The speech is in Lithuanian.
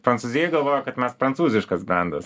prancūzijoj galvojo kad mes prancūziškas brendas